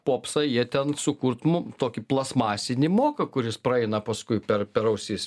popsą jie ten sukurt nu tokį plastmasinį moka kuris praeina paskui per per ausis